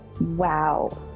Wow